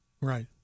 right